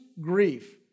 grief